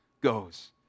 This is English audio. goes